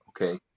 okay